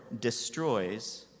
destroys